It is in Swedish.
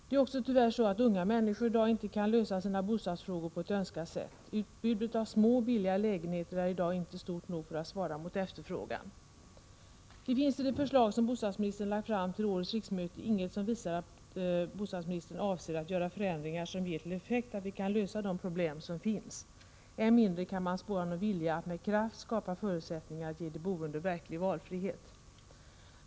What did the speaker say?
Det är också tyvärr så att unga människor i dag inte kan lösa sina bostadsfrågor på ett önskat sätt. Utbudet av små billiga lägenheter är i dag inte stort nog för att svara mot efterfrågan. Det finns i de förslag som bostadsministern lagt fram till årets riksmöte inget som visar att bostadsministern avser att göra förändringar som ger till effekt att vi kan lösa de problem som finns. Än mindre kan där spåras någon vilja hos regeringen att med kraft skapa förutsättningar att ge de boende verklig valfrihet.